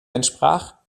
entsprach